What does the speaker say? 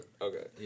okay